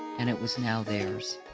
and it was now theirs.